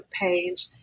page